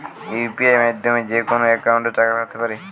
UPI মাধ্যমে যেকোনো একাউন্টে টাকা পাঠাতে পারি?